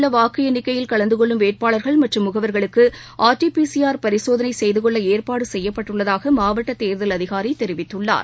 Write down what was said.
உள்ளவாக்குஎண்ணிக்கையில் சென்னையில் கலந்துகொள்ளும் வேட்பாளர்கள் மற்றம் முகவர்களுக்கு ஆர் டி பிசி ஆர் பரிசோதனைசெய்துகொள்ளஏற்பாடுசெய்யப்பட்டுள்ளதாகமாவட்டதேர்தல் அதிகாரிதெரிவித்துள்ளார்